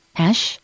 hash